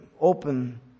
open